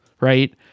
right